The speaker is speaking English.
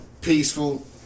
peaceful